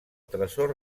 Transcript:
tresor